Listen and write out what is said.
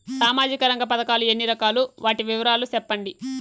సామాజిక రంగ పథకాలు ఎన్ని రకాలు? వాటి వివరాలు సెప్పండి